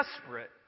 desperate